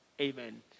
Amen